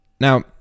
Now